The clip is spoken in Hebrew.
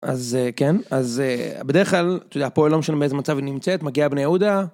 אז אה... כן, אז אה... בדרך כלל, אתה יודע, פה לא משנה באיזה מצב היא נמצאת, מגיעה בני יהודה.